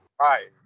right